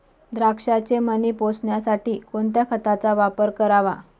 द्राक्षाचे मणी पोसण्यासाठी कोणत्या खताचा वापर करावा?